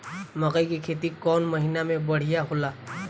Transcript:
मकई के खेती कौन महीना में बढ़िया होला?